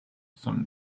some